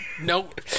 Nope